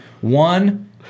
One